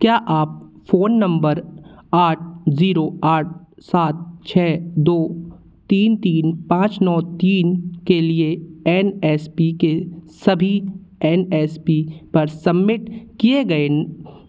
क्या आप phone number आठ जीरो आठ सात छः दो तीन तीन पाँच नौ तीन के लिए एन एस पी के सभी एन एस पी पर सबमिट किए गए